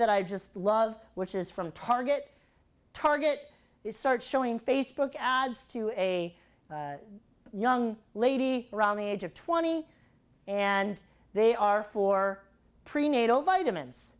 that i just love which is from target target you start showing facebook ads to a young lady around the age of twenty and they are for prenatal vitamins